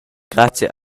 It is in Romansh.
grazia